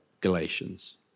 Galatians